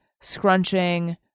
scrunching